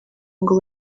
ngo